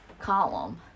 column